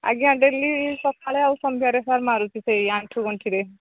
ଆଜ୍ଞା ଡେଲି ସକାଳେ ଆଉ ସନ୍ଧ୍ୟାରେ ସାର୍ ମାରୁଛି ସେଇ ଆଣ୍ଠୁ ଗୁଣ୍ଠିରେ